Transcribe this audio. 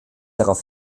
darauf